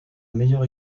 meilleur